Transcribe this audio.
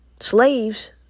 slaves